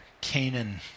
Canaan